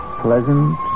pleasant